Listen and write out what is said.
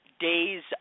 days